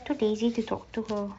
too lazy to talk to her